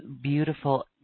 beautiful